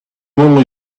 only